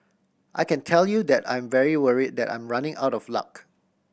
I can tell you that I'm very worried that I'm running out of luck